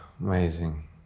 Amazing